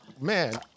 Man